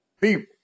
People